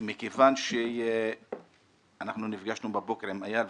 מכיוון שאנחנו נפגשנו בבוקר עם איל,